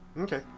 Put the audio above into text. Okay